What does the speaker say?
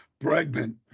Bregman